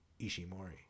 Ishimori